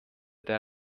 der